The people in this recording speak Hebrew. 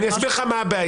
אני אסביר לך מה הבעיה.